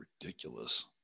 Ridiculous